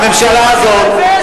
הממשלה הזאת,